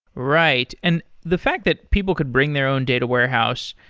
right. and the fact that people could bring their own data warehouse,